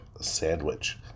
sandwich